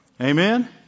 Amen